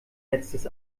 letztes